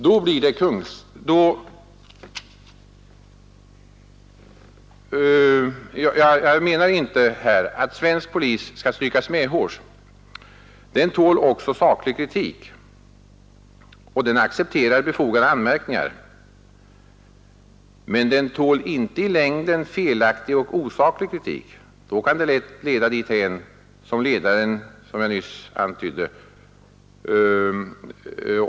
Jag menar inte att svensk polis skall strykas medhårs. Den tål också saklig kritik och den accepterar befogade anmärkningar, men den tål inte i längden felaktig och osaklig kritik, som lätt kan leda dithän som den av mig nyss citerade ledaren antydde.